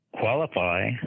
qualify